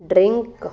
drink